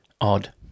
Odd